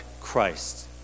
Christ